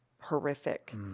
horrific